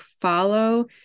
follow